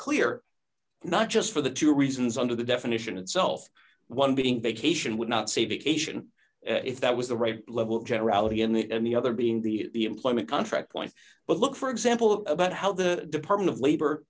clear not just for the two reasons under the definition itself one being vacation would not save it cation if that was the right level generality and that i'm the other being the employment contract point but look for example about how the department of labor